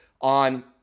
on